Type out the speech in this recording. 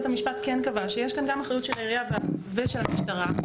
בית המשפט כן קבע שיש כאן גם אחריות של העירייה ושל המשטרה,